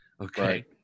Okay